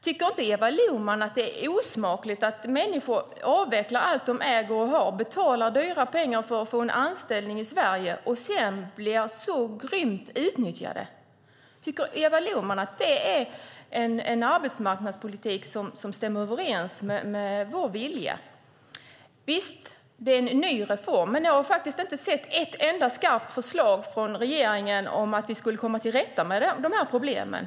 Tycker inte Eva Lohman att det är osmakligt att människor avvecklar allt de äger och har och betalar dyra pengar för att få en anställning i Sverige och sedan blir så grymt utnyttjade? Tycker Eva Lohman att det är en arbetsmarknadspolitik som stämmer överens med vår vilja? Det är en ny reform, men jag har inte sett ett enda skarpt förslag från regeringen om att vi ska komma till rätta med de här problemen.